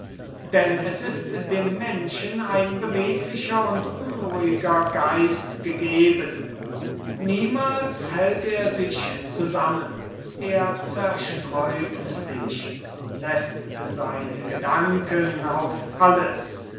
denn es ist dem menschen ein beweglicher und unruhiger geist gegeben niemals hält er sich zusammen er zerstreut sich läßt seine gedanken auf alles